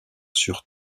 sur